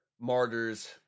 Martyrs